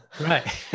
right